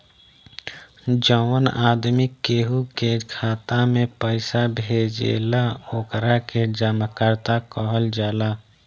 जवन आदमी केहू के खाता में पइसा भेजेला ओकरा के जमाकर्ता कहल जाला